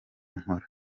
nkora